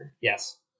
Yes